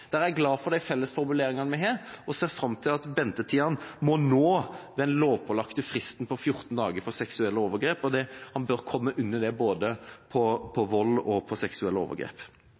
er glad for de fellesformuleringene vi har der, og ser fram til å få redusert ventetida for dommeravhør og å nå målet om den lovpålagte fristen på 14 dager for seksuelle overgrep, og man bør komme under det både for vold og for seksuelle overgrep.